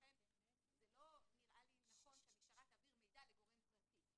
לכן לא נראה לי נכון שהמשטרה תעביר מידע לגורם פרטי,